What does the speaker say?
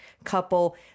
couple